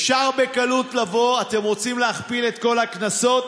אפשר בקלות לבוא, אתם רוצים להכפיל את כל הקנסות?